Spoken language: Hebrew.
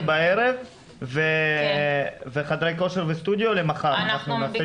מסעדנים זה בערב וחדרי כושר וסטודיו מחר נעשה דיון על זה.